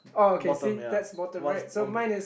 bottom ya one one